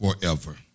forever